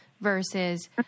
versus